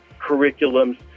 curriculums